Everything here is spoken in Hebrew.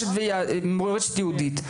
אתרי דתות אחרות ומורשת יהודית,